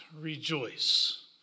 rejoice